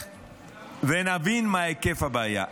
נלך ונבין מה היקף הבעיה.